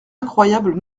incroyable